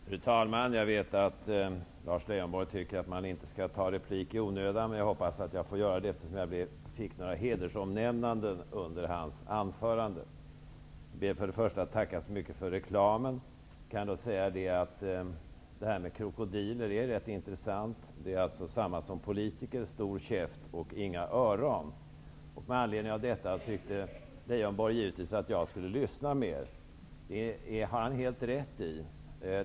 Fru talman! Jag vet att Lars Leijonborg tycker att man inte skall ta replik i onödan, men jag fick ju några hedersomnämnanden under hans anförande. Först ber jag att få tacka så mycket för reklamen. Jag kan då säga att det här med krokodiler är rätt intressant. De har liksom politiker stor käft och inga öron. Med anledning av detta tyckte Lars Leijonborg att jag borde lyssna mer. Det har han helt rätt i.